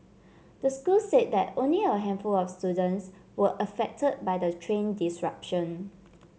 the school said that only a handful of students were affected by the train disruption